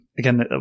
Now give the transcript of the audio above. Again